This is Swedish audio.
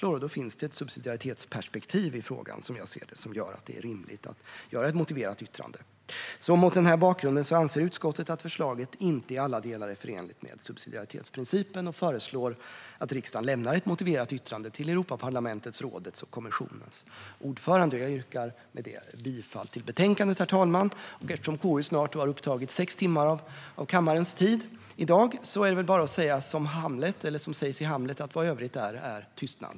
Då finns det som jag ser det ett subsidiaritetsperspektiv i frågan, vilket gör att det är rimligt att göra ett motiverat yttrande. Mot den bakgrunden anser utskottet att förslaget inte i alla delar är förenligt med subsidiaritetsprincipen och föreslår att riksdagen lämnar ett motiverat yttrande till Europaparlamentets, rådets och kommissionens ordförande. Jag yrkar med det bifall till förslaget i utlåtandet, herr talman. Eftersom KU snart har upptagit sex timmar av kammarens tid i dag är det väl bara att säga som i Hamlet : Vad övrigt är, är tystnad.